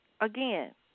again